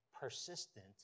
persistent